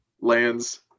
lands